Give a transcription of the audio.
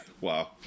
Wow